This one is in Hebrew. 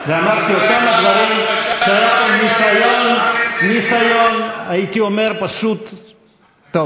אמרתי את אותם דברים כשהיו פה מעשי ליצנות -- זה לא